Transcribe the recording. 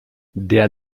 der